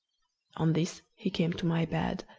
on this he came to my bed,